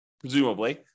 presumably